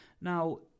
Now